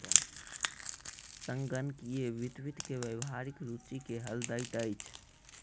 संगणकीय वित्त वित्त के व्यावहारिक रूचि के हल दैत अछि